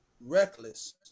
reckless